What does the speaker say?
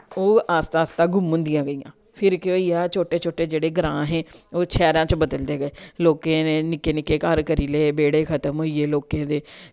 ओह् आस्ता आस्ता गुम्म होंदियां गेईयां फिर केह् होईया छोटे छोटे जेह्ड़े ग्रांऽ हे ओह् शैह्रां च बदलदे गे लोकें निक्के निक्के घर करी ले बेह्ड़े खत्म होईये लोकें दे